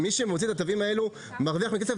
מי שמוציא את התווים האלה מרוויח מהם כסף,